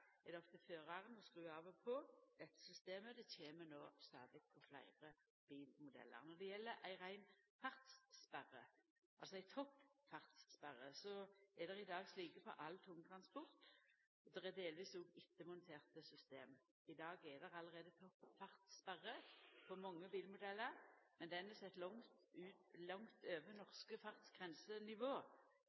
er det opp til føraren å skru av og på. Dette systemet kjem no stadig på fleire bilmodellar. Når det gjeld ei rein fartssperre, altså ei toppfartssperre, er det i dag slike på all tungtransport. Det er delvis òg ettermonterte system. I dag er det allereie toppfartssperre på mange bilmodellar. Men ho er sett langt over norske